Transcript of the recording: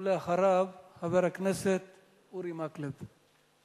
ואחריו, חבר הכנסת אורי מקלב.